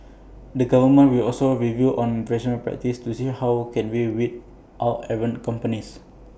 the government will also review on practices to see how can we weed out errant companies